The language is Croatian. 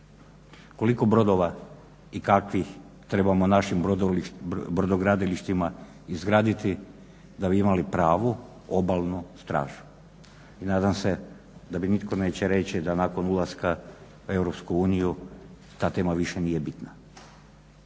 Koliko brodova i kakvih trebamo našem brodogradilištima izgraditi da bi imali pravu Obalnu stražu? I nadam se da mi nitko neće reći da nakon ulaska u EU ta tema više nije bitna.